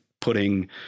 putting